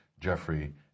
Jeffrey